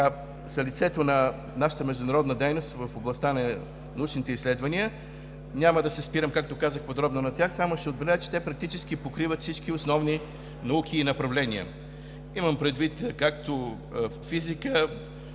са лицето на нашата международна дейност в областта на научните изследвания. Няма да се спирам подробно на тях. Само ще отбележа, че те практически покриват всички основни науки и направления. Имам предвид както физика,